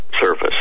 surface